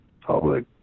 public